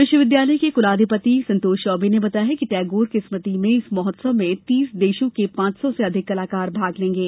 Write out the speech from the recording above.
विश्वविद्यालय के कुलाधिपति संतोष चौबे ने बताया कि टैगोर की स्मृति में इस महोत्सव में तीस देशों के पांच सौ से अधिक कलाकार भाग लेंगे